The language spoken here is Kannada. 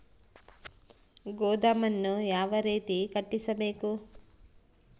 ಗೋದಾಮನ್ನು ಯಾವ ರೇತಿ ಕಟ್ಟಿಸಬೇಕು?